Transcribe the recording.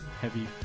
heavy